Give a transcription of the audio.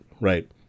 right